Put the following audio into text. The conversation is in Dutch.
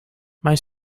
mijn